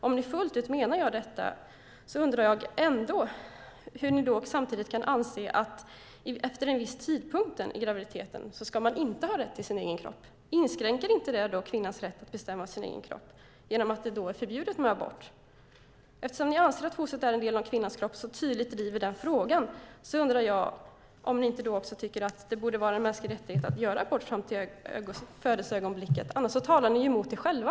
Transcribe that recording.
Om ni fullt ut menar detta undrar jag hur ni samtidigt kan anse att man efter en viss tidpunkt i graviditeten inte ska ha rätt till sin egen kropp. Inskränker detta inte kvinnans rätt att bestämma över sin egen kropp? Då är det ju förbjudet med abort. Eftersom ni anser att fostret är en del av kvinnans kropp och så tydligt driver den frågan undrar jag om ni inte då också tycker att det borde vara en mänsklig rättighet att göra abort fram till födelseögonblicket. Annars talar ni ju mot er själva.